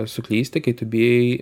suklysti kai tu bijai